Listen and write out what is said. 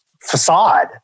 Facade